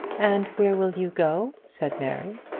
and where will you go? said mary.